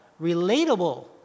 relatable